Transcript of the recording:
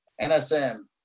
NSM